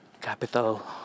capital